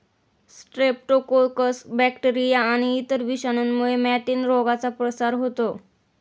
Streptococcus bacteria आणि इतर विषाणूंमुळे मॅटिन रोगाचा प्रसार होतो